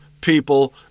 people